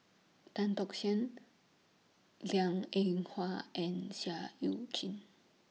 Tan Tock San Liang Eng Hwa and Seah EU Chin